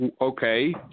Okay